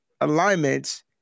alignments –